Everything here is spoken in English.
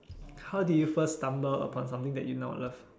how did you first stumble upon something that you now love